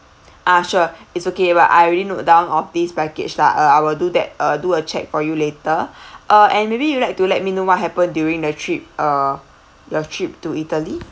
ah sure it's okay but I already note down of this package lah uh I will do that uh do a check for you later uh and maybe you'd like to let me know what happened during the trip uh your trip to italy